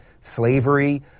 slavery